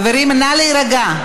חברים, נא להירגע.